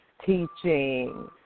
Teaching